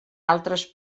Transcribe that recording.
altres